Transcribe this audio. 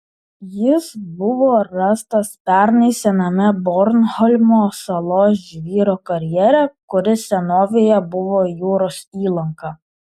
jis buvo rastas pernai sename bornholmo salos žvyro karjere kuris senovėje buvo jūros įlanka